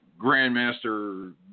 Grandmaster